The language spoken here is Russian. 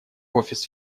офис